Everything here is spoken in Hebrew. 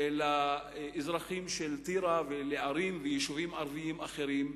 לאזרחים של טירה, לערים וליישובים ערביים אחרים,